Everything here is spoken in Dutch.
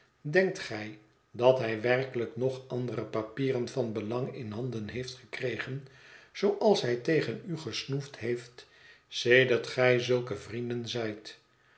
denkt gij dat hij werkelijk nog andere papieren van belang in handen heeft gekregen zooals hij tegen u gesnoefd heeft sedert gij zulke vrienden